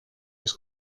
las